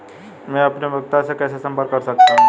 मैं अपनी उपयोगिता से कैसे संपर्क कर सकता हूँ?